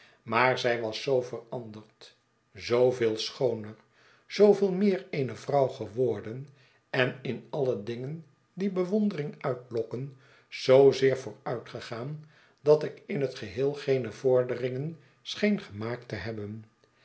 maar zij was zoo veranderd zooveel schooner zooveel meer eene vrouw geworden en in alle dingen die be wondering uitlokken zoozeer vooruitgegaan dat ik in het geheel geene vorderingen scheen gemaakt te hebben